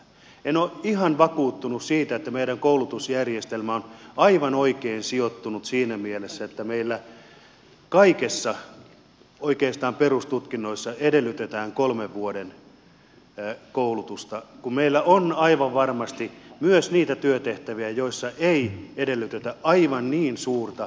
en ole ihan vakuuttunut siitä että meidän koulutusjärjestelmä on aivan oikein sijoittunut siinä mielessä että meillä oikeastaan kaikissa perustutkinnoissa edellytetään kolmen vuoden koulutusta kun meillä on aivan varmasti myös niitä työtehtäviä joissa ei edellytetä aivan niin suurta teoreettista oppimismäärää